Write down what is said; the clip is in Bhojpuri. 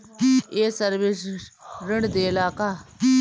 ये सर्विस ऋण देला का?